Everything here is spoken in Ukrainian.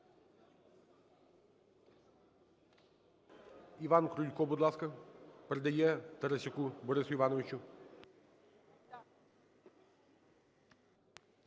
Іван Крулько, будь ласка, передає Тарасюку Борису Івановичу.